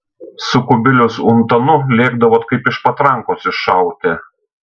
su kubiliaus untanu lėkdavot kaip iš patrankos iššauti